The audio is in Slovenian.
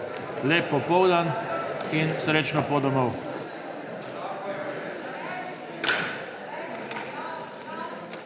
Lep popoldan in srečno pot domov!